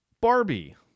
Barbie